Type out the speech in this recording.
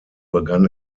begann